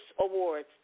awards